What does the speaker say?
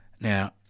Now